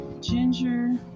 Ginger